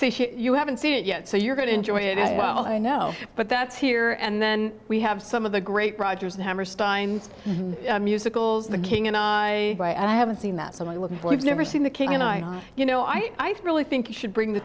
so you haven't seen it yet so you're going to enjoy it well i know but that's here and then we have some of the great rodgers and hammerstein's musicals the king and i and i haven't seen that so my little boy is never seen the king and i you know i really think you should bring the